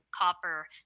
copper